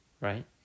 Right